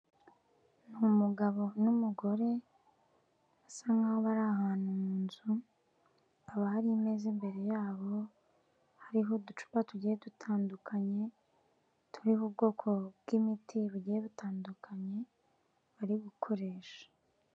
Umugabo n'umugore, basa nk'aho bari ahantu mu nzu, hakaba hari imeza imbere yabo, hariho uducupa tugiye dutandukanye turiho ubwoko bw'imiti bugiye butandukanye, bari gukoresha.